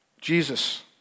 Jesus